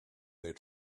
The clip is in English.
their